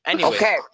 Okay